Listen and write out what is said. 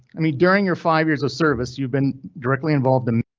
i mean, during your five years of service, you been directly involved in.